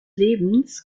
lebens